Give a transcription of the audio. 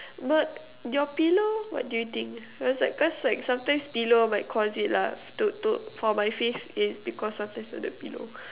but your pillow what do you think cause like cause like sometime pillow might cause it lah to to for my face is because of this of the pillow